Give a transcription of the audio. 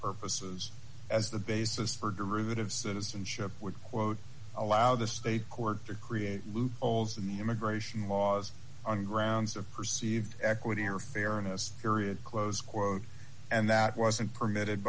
purposes as the basis for derivative citizenship would quote allow the state courts to create loopholes in the immigration laws on grounds of perceived equity or fairness period close quote and that wasn't permitted